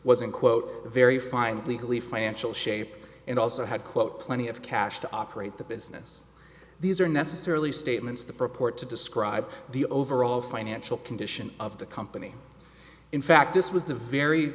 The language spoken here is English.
in quote very fine legally financial shape and also had quote plenty of cash to operate the business these are necessarily statements that purport to describe the overall financial condition of the company in fact this was the very